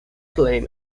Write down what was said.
claim